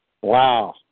Wow